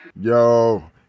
Yo